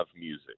music